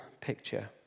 picture